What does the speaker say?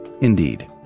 indeed